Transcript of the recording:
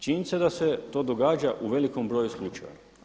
Činjenica je da se to događa u velikom broju slučajeva.